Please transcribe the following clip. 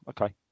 Okay